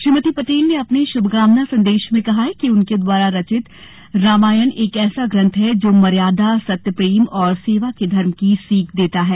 श्रीमती पटेल ने अपने श्भकामना संदेश में कहा कि उनके द्वारा रचित रामायण एक ऐसा ग्रंथ है जो मर्यादा सत्य प्रेम भ्रातत्व मित्रत्व एवं सेवक के धर्म की सीख देता है